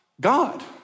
God